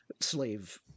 slave